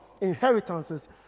inheritances